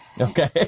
Okay